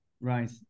right